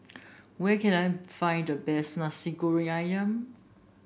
where can I find the best Nasi Goreng ayam